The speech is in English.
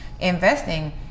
investing